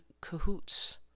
cahoots